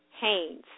Haynes